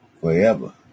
Forever